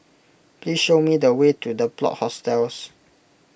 please show me the way to the Plot Hostels